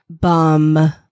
bum